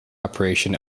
operation